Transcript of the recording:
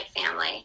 family